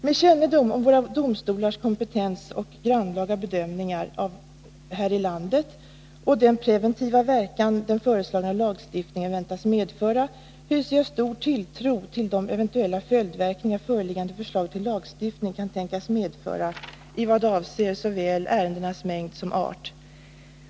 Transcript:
Med kännedom om våra domstolars kompetens och grannlaga bedömningar och den preventiva verkan som den föreslagna lagstiftningen väntas medföra hyser jag stor tilltro till de eventuella följdverkningar föreliggande förslag till lagstiftning kan tänkas få i vad avser såväl ärendenas mängd som art.